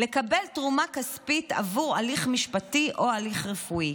לקבל תרומה כספית עבור הליך משפטי או הליך רפואי.